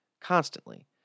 constantly